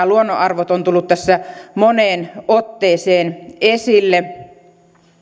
luonnonarvot ovat tulleet tässä moneen otteeseen esille